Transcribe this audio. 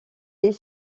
est